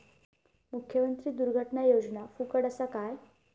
मुख्यमंत्री दुर्घटना योजना फुकट असा काय?